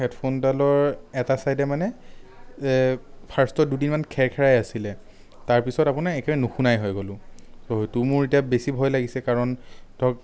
হেডফোনডালৰ এটা চাইদে মানে এই ফাৰ্ষ্টত দুদিনমান খেৰ খেৰাই আছিলে তাৰপাছত আপোনাৰ একেবাৰে নুশুনাই হৈ গ'লো সৈটো মোৰ এতিয়া বেছি ভয় লাগিছে কাৰণ ধৰক